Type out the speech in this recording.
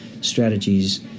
strategies